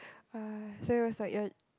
!wah! so it was like your